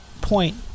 point